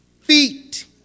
Feet